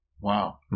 Wow